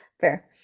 Fair